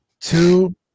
two